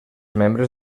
membres